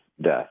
death